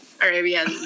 Arabian